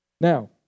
Now